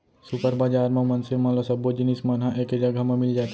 super बजार म मनसे मन ल सब्बो जिनिस मन ह एके जघा म मिल जाथे